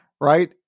Right